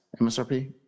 MSRP